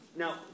Now